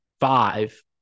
five